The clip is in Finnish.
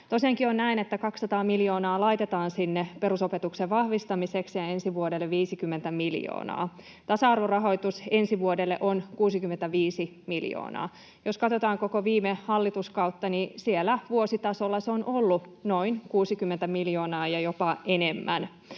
Tosiaankin on näin, että 200 miljoonaa laitetaan sinne perusopetuksen vahvistamiseksi ja ensi vuodelle 50 miljoonaa. Tasa-arvorahoitus ensi vuodelle on 65 miljoonaa. Jos katsotaan koko viime hallituskautta, niin siellä vuositasolla se on ollut noin 60 miljoonaa ja jopa enemmän.